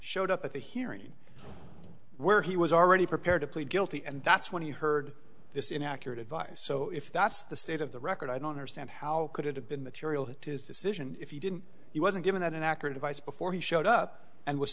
showed up at the hearing where he was already prepared to plead guilty and that's when you heard this inaccurate advice so if that's the state of the record i don't understand how could it have been the curial his decision if he didn't he wasn't given that and accurate advice before he showed up and was